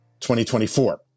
2024